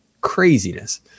craziness